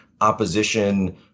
opposition